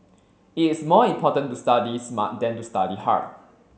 it is more important to study smart than to study hard